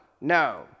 No